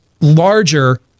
larger